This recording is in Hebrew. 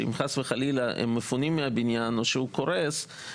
חס וחלילה הם מפונים מהבניין או שהוא קורס,